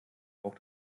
auch